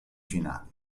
finale